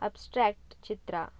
abstract Chitra